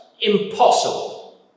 Impossible